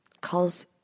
calls